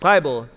Bible